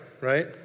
right